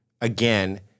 again